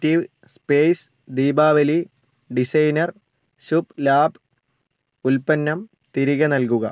Steve space Deepavali designer Shubh Labh ഉൽപ്പന്നം തിരികെ നൽകുക